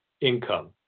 income